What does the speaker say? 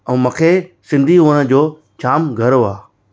ऐं मूंखे सिंधी हुअणु जो जाम गर्वु आ